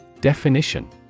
Definition